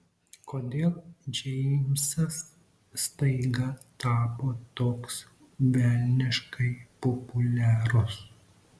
kodėl džeimsas staiga tapo toks velniškai populiarus